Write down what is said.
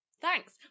Thanks